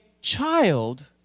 child